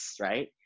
right